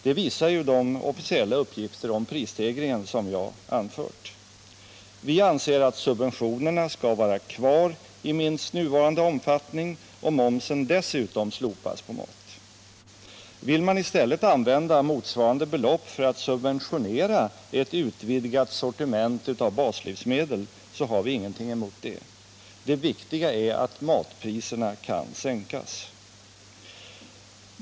Det visar ju de officiella uppgifter om prisstegringen som jag har anfört. Vi anser att subventionerna skall vara kvar i minst nuvarande omfattning och att dessutom momsen slopas på mat. Vill man i stället använda motsvarande belopp för att subventionera ett utvidgat sortiment baslivsmedel, har vi ingenting mot detta. Det viktiga är att matpriserna kan sänkas.